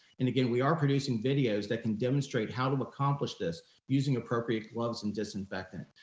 and again, we are producing videos that can demonstrate how to accomplish this using appropriate gloves and disinfectant.